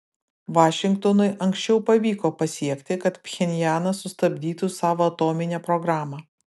vašingtonui anksčiau pavyko pasiekti kad pchenjanas sustabdytų savo atominę programą